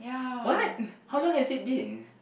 what how long has it been